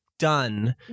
done